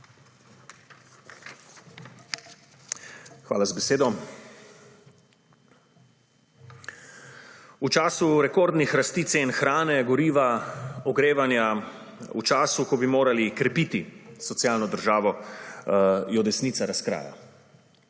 Hvala za besedo. V času rekordnih rasti cen hrane, goriva, ogrevanja, v času, ko bi morali krepiti socialno državo, jo desnica razkraja.